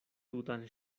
tutan